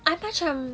I macam